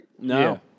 No